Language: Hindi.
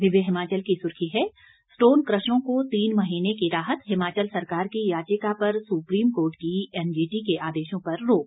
दिव्य हिमाचल की सुर्खी है स्टोन क्रशरों को तीन महीने की राहत हिमाचल सरकार की याचिका पर सुप्रीम कोर्ट की एनजीटी के आदेशों पर रोक